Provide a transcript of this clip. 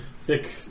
thick